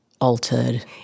altered